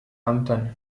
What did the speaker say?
hampton